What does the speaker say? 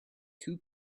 two